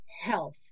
health